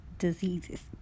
diseases